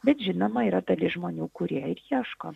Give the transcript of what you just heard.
bet žinoma yra dalis žmonių kurie ir ieško